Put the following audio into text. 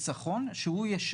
מכיוון שזה חותך להם בנטו.